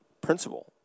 principle